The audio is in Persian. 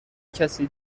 کسی